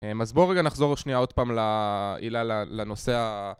אז בוא רגע נחזור שניה עוד פעם ל... הילה, לנושא ה...